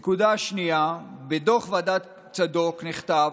נקודה שנייה, בדוח ועדת צדוק נכתב